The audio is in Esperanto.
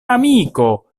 amiko